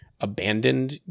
abandoned